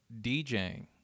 DJing